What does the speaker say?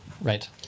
Right